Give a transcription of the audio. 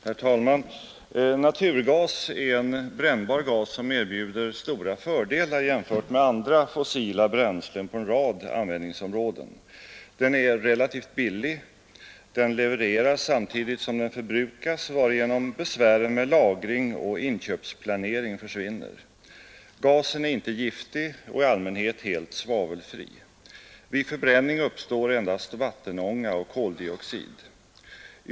Herr talman! Naturgas är en brännbar gas som erbjuder stora fördelar jämfört med andra fossila bränslen på en rad användningsområden, Den är relativt billig. Den levereras samtidigt som den förbrukas, varigenom besvären med lagring och inköpsplanering försvinner. Gasen är inte giftig och är i allmänhet helt svavelfri. Vid förbränning uppstår endast vattenånga och koldioxid.